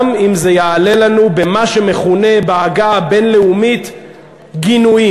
גם אם זה יעלה לנו במה שמכונה בעגה הבין-לאומית "גינויים".